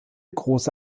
große